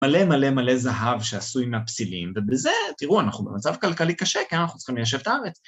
מלא מלא מלא זהב שעשוי מהפסילים, ובזה, תראו, אנחנו במצב כלכלי קשה, כי אנחנו צריכים ליישב את הארץ.